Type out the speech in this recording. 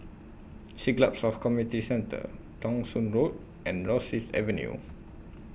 Siglap South Community Centre Thong Soon Road and Rosyth Avenue